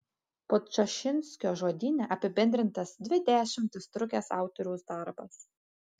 podčašinskio žodyne apibendrintas dvi dešimtis trukęs autoriaus darbas